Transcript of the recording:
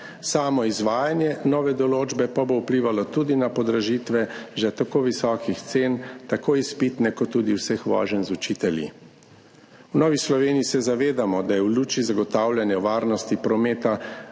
samo izvajanje nove določbe pa bo vplivalo tudi na podražitve že tako visokih cen, tako izpitne kot tudi vseh voženj z učitelji. V Novi Sloveniji se zavedamo, da je v luči zagotavljanja varnosti prometa